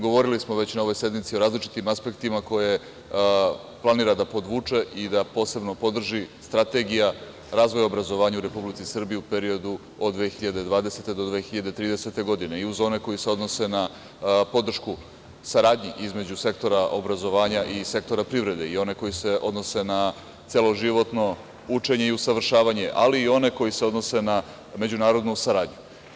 Govorili smo već na ovoj sednici o različitim aspektima koje planira da podvuče i da posebno podrži Strategija razvoja obrazovanja u Republici Srbiji u periodu od 2020. do 2030. godine i uz one koji se odnose na podršku saradnji između sektora obrazovanja i sektora privrede i one koji se odnose na celoživotno učenje i usavršavanje, ali i one koji se odnose na međunarodnu saradnju.